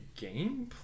gameplay